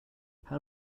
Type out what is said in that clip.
how